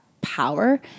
power